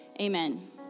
amen